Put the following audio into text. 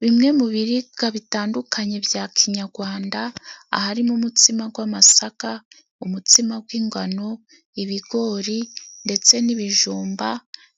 Bimwe mu biribwa bitandukanye bya kinyagwanda aharimo umutsima gw'amasaka, umutsima gw'ingano, ibigori ndetse n'ibijumba,